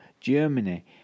Germany